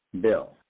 bill